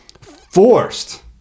Forced